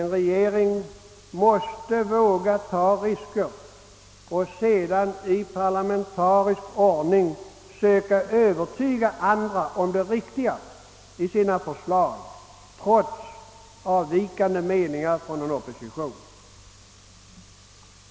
En regering måste dock våga ta risker och sedan i parlamentarisk ordning söka övertyga andra om det riktiga i sina förslag trots avvikande meningar från en opposition.